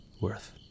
worth